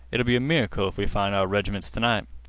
it ll be a miracle if we find our reg'ments t'-night.